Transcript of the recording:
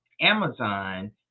Amazon